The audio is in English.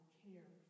care